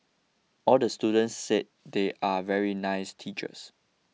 all the students said they are very nice teachers